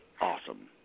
awesome